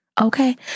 Okay